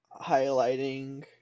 highlighting